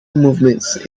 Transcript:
movements